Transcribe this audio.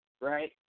right